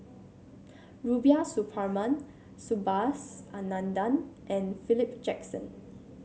Rubiah Suparman Subhas Anandan and Philip Jackson